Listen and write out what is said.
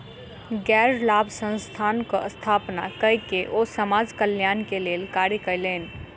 गैर लाभ संस्थानक स्थापना कय के ओ समाज कल्याण के लेल कार्य कयलैन